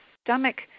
stomach